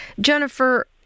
Jennifer